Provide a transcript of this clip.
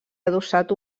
adossat